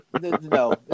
no